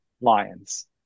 Lions